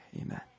amen